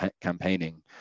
campaigning